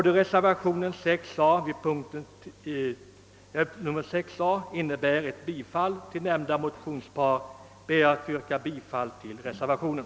Då reservationen 6 a ansluter sig till yrkandet i motionerna ber jag att få yrka bifall till den reservationen.